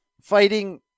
fighting